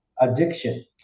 addiction